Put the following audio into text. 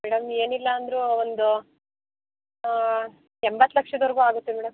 madam ಏನಿಲ್ಲ ಅಂದರೂ ಒಂದು ಎಂಬತ್ತು ಲಕ್ಷದವರ್ಗು ಆಗುತ್ತೆ ಮೇಡಮ್